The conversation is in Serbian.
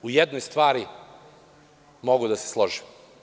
U jednoj stvari mogu da se složim.